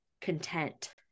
Content